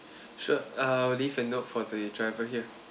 sure I will leave a note for the driver here